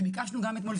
שביקשנו גם אתמול,